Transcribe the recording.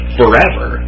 forever